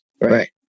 Right